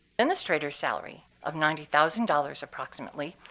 administrator salary of ninety thousand dollars, approximately,